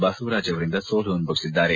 ಬಸವರಾಜ್ ಅವರಿಂದ ಸೋಲು ಅನುಭವಿಸಿದ್ದಾರೆ